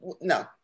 no